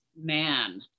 man